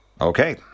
Okay